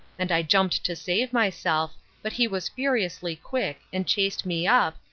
and i jumped to save myself but he was furiously quick, and chased me up,